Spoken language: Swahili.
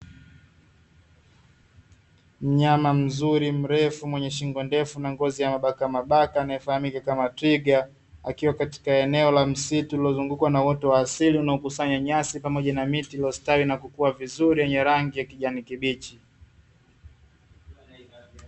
Mnyama mzuri mrefu mwenye shingo ndefu na ngozi ya mabakamabaka anaefahamika kama twiga, akiwa katika eneo la msitu uliozungukwa na wote wa asili unaokusanya nyasi pamoja na miti, iliyostawi na kukua vizuri yenye rangi ya kijani kibichi.